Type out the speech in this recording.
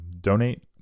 Donate